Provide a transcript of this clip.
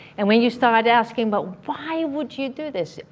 and when you start asking, but why would you do this?